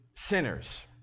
Sinners